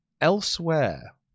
elsewhere